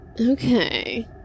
Okay